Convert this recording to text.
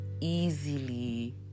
easily